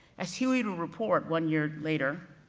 as huie would report one year later,